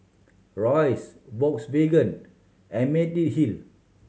Royce Volkswagen and Mediheal